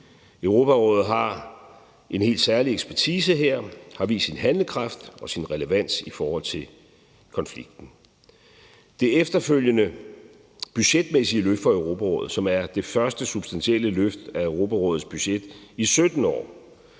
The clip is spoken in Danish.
Europarådet har en helt særlig ekspertise her og har vist sin handlekraft og relevans i forhold til konflikten. Det efterfølgende budgetmæssige løft for Europarådet, som er det første substantielle løft af Europarådets budget i 17 år